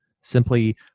simply